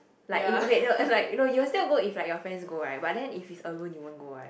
like if okay that was it's like you'll still go if like your friends go right but then if it's alone then you won't go right